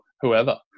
whoever